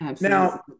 Now